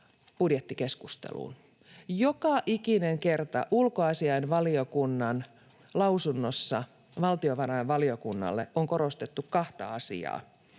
Joka ikinen kerta ulkoasiainvaliokunnan lausunnossa valtiovarainvaliokunnalle on korostettu kahta asiaa: